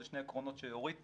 אלה שני עקרונות שהשרה אורית